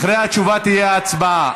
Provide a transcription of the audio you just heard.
אחרי התשובה תהיה ההצבעה.